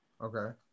Okay